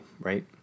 right